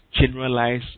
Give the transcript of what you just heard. generalize